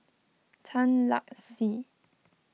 Tan Lark Sye